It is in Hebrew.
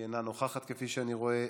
היא אינה נוכחת, כפי שאני רואה.